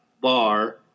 bar